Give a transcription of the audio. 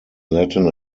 latin